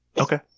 Okay